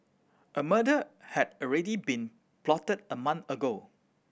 a murder had already been plotted a month ago